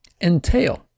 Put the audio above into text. entail